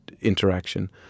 interaction